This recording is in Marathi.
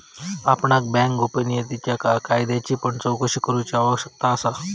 आपणाक बँक गोपनीयतेच्या कायद्याची पण चोकशी करूची आवश्यकता असा